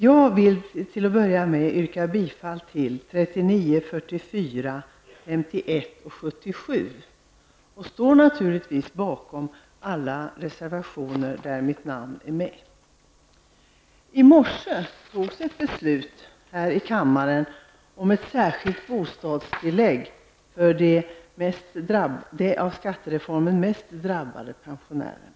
Jag vill till att börja med yrka bifall till reservationerna 39, 44, 51 och 77, och står naturligtvis bakom de reservationer där mitt namn finns med. I morse togs ett beslut här i kammaren om ett särskilt bostadstillägg för de av skattereformen mest drabbade pensionärerna.